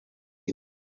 you